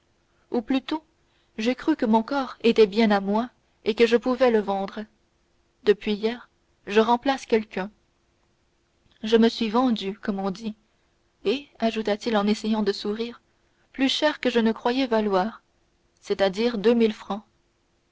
ou plutôt j'ai cru que mon corps était bien à moi et que je pouvais le vendre depuis hier je remplace quelqu'un je me suis vendu comme on dit et ajouta-t-il en essayant de sourire plus cher que je ne croyais valoir c'est-à-dire deux mille francs